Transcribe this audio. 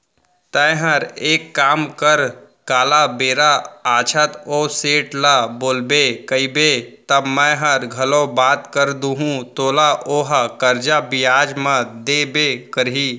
तैंहर एक काम कर काल बेरा आछत ओ सेठ ल बोलबे कइबे त मैंहर घलौ बात कर दूहूं तोला ओहा करजा बियाज म देबे करही